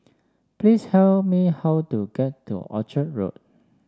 please me how to get to Orchard Road